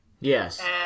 Yes